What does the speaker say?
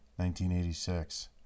1986